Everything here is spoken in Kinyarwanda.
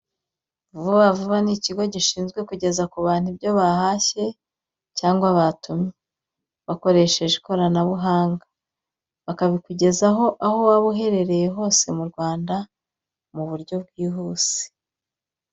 Vuba vuba ni ikigo gishinzwe kugeza ku bantu ibyo bahashye cyangwa batumye, bakoresheje ikoranabuhanga. Bakabibagezaho, aho waba uherereye hose mu Rwanda mu buryo bwihuse.